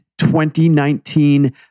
2019